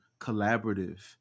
collaborative